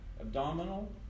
abdominal